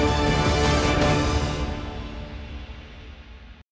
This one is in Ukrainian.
Дякую.